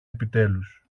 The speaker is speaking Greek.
επιτέλους